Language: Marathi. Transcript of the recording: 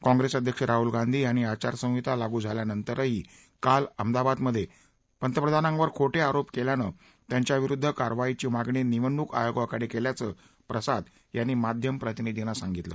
काँप्रेस अध्यक्ष राहूल गांधी यांनी आचारसंहिता लागू झाल्यानंतरही काल अहमदाबादमध्ये पंतप्रधानांवर खोटे आरोप केल्यानं त्यांच्याविरुद्ध कारवाईची मागणी निवडणूक आयोगाकडे केल्याचं प्रसाद यांनी माध्यम प्रतिनिधींना सांगितलं